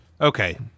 Okay